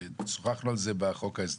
וצירפנו על זה בחוק ההסדרים.